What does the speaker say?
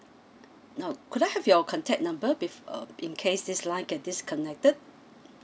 now could I have your contact number bef~ uh in case this line get disconnected